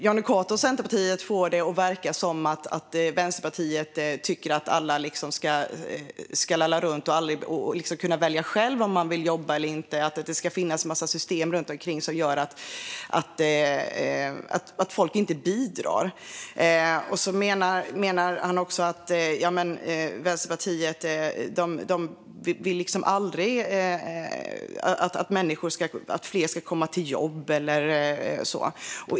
Jonny Cato och Centerpartiet får det att verka som att Vänsterpartiet tycker att alla ska lalla runt och välja själva om de vill jobba eller inte, att det ska finnas en mängd system runt omkring som gör att folk inte bidrar. Han menar att Vänsterpartiet aldrig vill att fler ska komma i jobb.